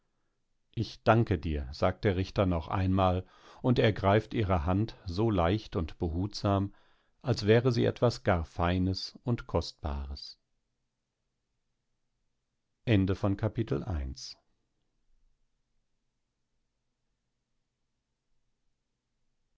ich danke dir sagt der richter noch einmal und ergreift ihre hand so leicht und behutsam als wäre sie etwas gar feines und kostbares